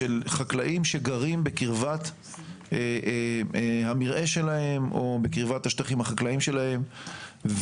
חקלאים שגרים בקרבת המרעה שלהם או בקרבת השטחים החקלאיים שלהם.